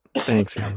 Thanks